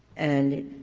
and